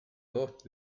dos